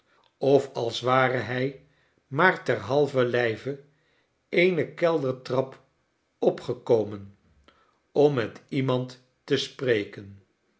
of als ware hij maar ter halver lijve eene keldertrap opgekomen om met iemand te spreken